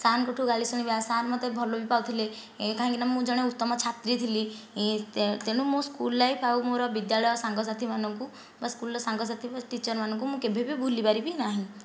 ସାର୍ଙ୍କଠୁ ଗାଳି ଶୁଣିବା ସାର୍ ମୋତେ ଭଲ ବି ପାଉଥିଲେ କାହିଁକି ନା ମୁଁ ଜଣେ ଉତ୍ତମ ଛାତ୍ରୀ ଥିଲି ତେ ତେଣୁ ମୋ ସ୍କୁଲ ଲାଇଫ୍ ଆଉ ମୋର ବିଦ୍ୟାଳୟ ସାଙ୍ଗ ସାଥିମାନଙ୍କୁ ବା ସ୍କୁଲର ସାଙ୍ଗସାଥି ଟିଚର୍ ମାନଙ୍କୁ ମୁଁ କେବେ ବି ଭୁଲି ପାରିବି ନାହିଁ